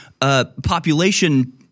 population